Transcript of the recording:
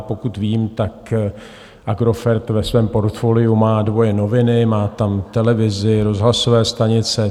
Pokud vím, tak Agrofert ve svém portfoliu má dvoje noviny, má tam televizi, rozhlasové stanice.